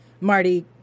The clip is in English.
Marty